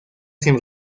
sin